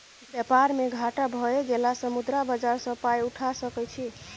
बेपार मे घाटा भए गेलासँ मुद्रा बाजार सँ पाय उठा सकय छी